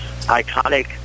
iconic